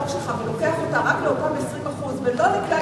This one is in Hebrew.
שלך ולוקח אותה רק לאותם 20% ולא לכלל,